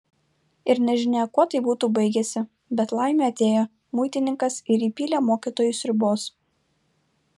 ir nežinia kuo tai būtų baigęsi bet laimė atėjo muitininkas ir įpylė mokytojui sriubos